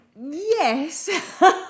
yes